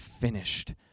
finished